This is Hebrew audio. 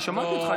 אני שמעתי אותך,